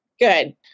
Good